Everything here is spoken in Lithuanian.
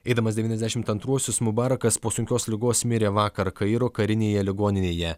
eidamas devyniasdešimt antruosius mubarakas po sunkios ligos mirė vakar kairo karinėje ligoninėje